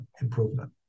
improvement